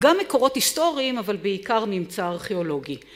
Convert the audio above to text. ‫גם מקורות היסטוריים, ‫אבל בעיקר ממצא ארכיאולוגי.